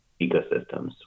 ecosystems